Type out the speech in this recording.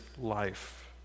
life